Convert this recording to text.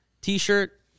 t-shirt